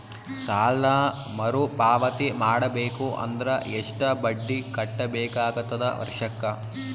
ಸಾಲಾ ಮರು ಪಾವತಿ ಮಾಡಬೇಕು ಅಂದ್ರ ಎಷ್ಟ ಬಡ್ಡಿ ಕಟ್ಟಬೇಕಾಗತದ ವರ್ಷಕ್ಕ?